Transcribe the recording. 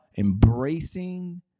embracing